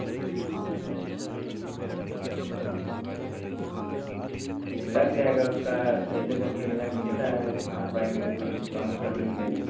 लग जाएगा उसका ऐसे तो तीन हज़ार का मिलता है आप आएँगे तो कुछ डिस्काउंट कर देंगे हम